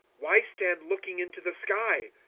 why stand looking into the sky?